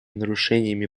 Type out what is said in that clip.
нарушениями